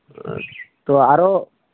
ᱛᱳ ᱟᱨᱳ